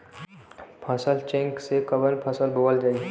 फसल चेकं से कवन फसल बोवल जाई?